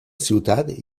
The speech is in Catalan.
ciutat